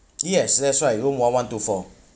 yes that's right room one one two four